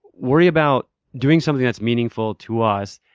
worry about doing something that's meaningful to us.